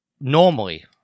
normally